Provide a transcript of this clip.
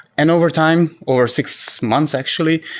and over time, or six months actually,